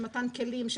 של מתן כלים,